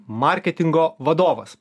marketingo vadovas